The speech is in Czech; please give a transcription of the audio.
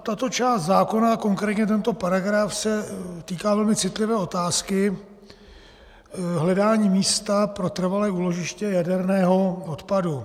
Tato část zákona, konkrétně tento paragraf, se týká velmi citlivé otázky hledání místa pro trvalé úložiště jaderného odpadu.